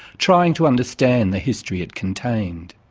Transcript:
trying to understand the history it contained.